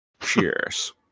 Cheers